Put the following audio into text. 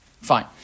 Fine